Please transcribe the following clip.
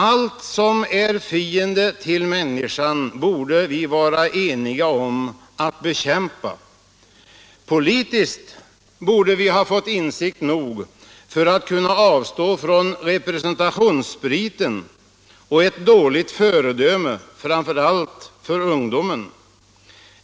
Allt som är fiende till människan borde vi vara eniga om att bekämpa. Politiskt borde vi ha fått insikt nog för att kunna avstå från representationsspriten och ett dåligt föredöme framför allt för ungdomen.